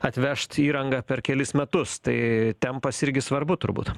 atvežt įrangą per kelis metus tai tempas irgi svarbu turbūt